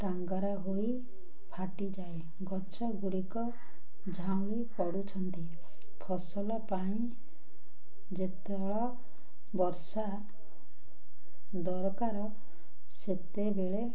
ଟାଙ୍ଗରା ହୋଇ ଫାଟିଯାଏ ଗଛ ଗୁଡ଼ିକ ଝାଉଁଳି ପଡ଼ୁଛନ୍ତି ଫସଲ ପାଇଁ ଯେତେବେଳେ ବର୍ଷା ଦରକାର ସେତେବେଳେ